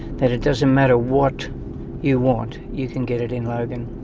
that it doesn't matter what you want, you can get it in logan.